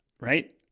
right